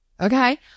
Okay